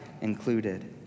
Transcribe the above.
included